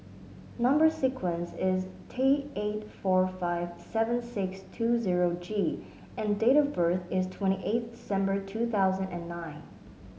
number sequence is T eight four five seven six two zero G and date of birth is twenty eighth December two thousand and nine